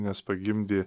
nes pagimdė